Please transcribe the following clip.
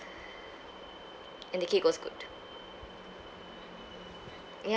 and the cake was good ya